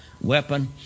weapon